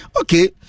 Okay